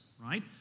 right